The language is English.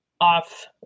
off